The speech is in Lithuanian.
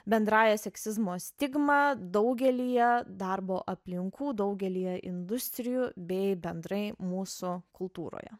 bendrąja seksizmo stigma daugelyje darbo aplinkų daugelyje industrijų bei bendrai mūsų kultūroje